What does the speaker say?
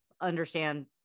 understand